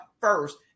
first